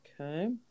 Okay